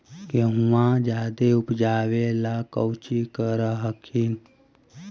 गेहुमा जायदे उपजाबे ला कौची कर हखिन?